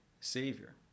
Savior